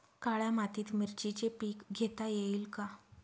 काळ्या मातीत मिरचीचे पीक घेता येईल का?